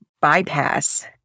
bypass